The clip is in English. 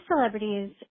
celebrities